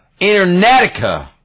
Internetica